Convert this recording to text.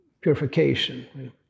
purification